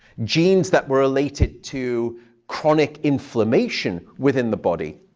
genes that were related to chronic inflammation within the body,